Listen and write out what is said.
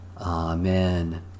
Amen